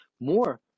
more